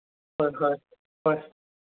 ꯍꯣꯏ ꯍꯣꯏ ꯍꯣꯏ